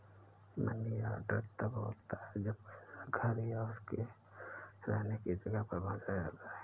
money order तब होता है जब पैसा घर या उसके रहने की जगह पर पहुंचाया जाता है